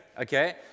okay